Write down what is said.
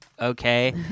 okay